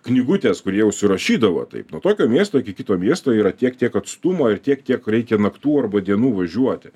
knygutės kur jie užsirašydavo taip nuo tokio miesto iki kito miesto yra tiek tiek atstumo ir tiek tiek reikia naktų arba dienų važiuoti